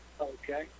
Okay